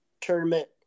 tournament